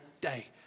day